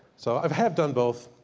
so i have have done both.